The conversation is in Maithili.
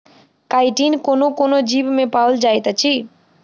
काइटिन कोनो कोनो जीवमे पाओल जाइत अछि